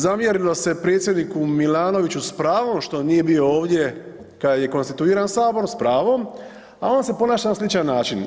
Zamjerilo se predsjedniku Milanoviću s pravom što nije bio ovdje kad je konstituiran Sabor s pravom, a on se ponaša na sličan način.